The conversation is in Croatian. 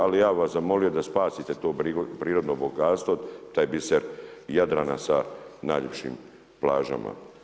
Ali ja bi vas zamolio da spasite to prirodno bogatstvo, taj biser Jadrana sa najljepšim plažama.